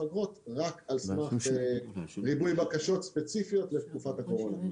אגרות רק על סמך ריבוי בקשות ספציפיות לתקופת הקורונה.